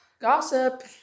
Gossip